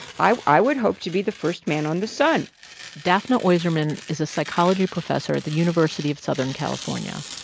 i i would hope to be the first man on the sun daphna oyserman is a psychology professor at the university of southern california.